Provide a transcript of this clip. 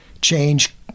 change